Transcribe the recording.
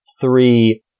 three